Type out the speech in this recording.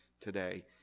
today